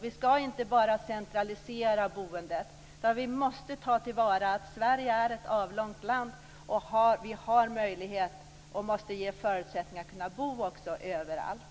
Vi ska inte bara centralisera boendet. Vi måste ta vara på att Sverige är ett avlångt land. Vi har möjligheter, och vi måste också ge förutsättningar för att man ska kunna bo överallt.